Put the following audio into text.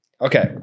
Okay